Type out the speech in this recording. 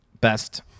best